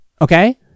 okay